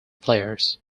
players